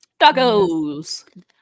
Doggos